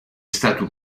stato